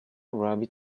rabbit